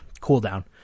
cooldown